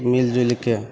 मिलजुलिके